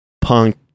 punk